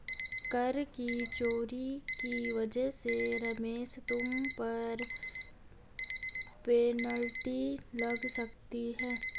कर की चोरी की वजह से रमेश तुम पर पेनल्टी लग सकती है